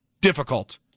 difficult